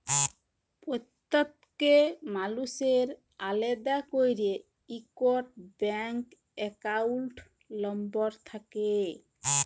প্যত্তেক মালুসের আলেদা ক্যইরে ইকট ব্যাংক একাউল্ট লম্বর থ্যাকে